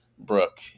Brooke